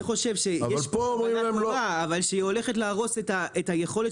אני חושב שיש כוונה טובה אבל שהיא הולכת להרוס את היכולת